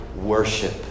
worship